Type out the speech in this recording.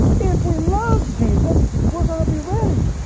if we love jesus we're gonna be ready